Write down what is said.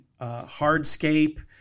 hardscape